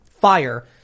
fire